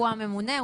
הוא הממונה,